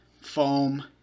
foam